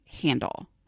handle